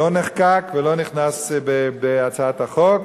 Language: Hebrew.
לא נחקק ולא נכנס בהצעת החוק,